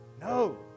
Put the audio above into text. No